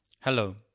Hello